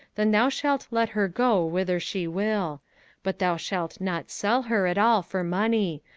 then thou shalt let her go whither she will but thou shalt not sell her at all for money,